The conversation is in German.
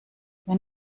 wenn